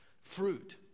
Fruit